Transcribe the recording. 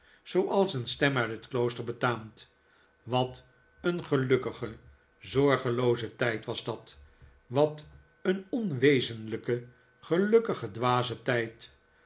zooals een stem uit het klooster betaamt wat een'gelukkige zorgelooze tijd was dat wat een onwezenlijke gelukkige dwaze tijd